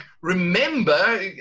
remember